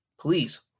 please